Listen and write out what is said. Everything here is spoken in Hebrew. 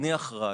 אני אחראי,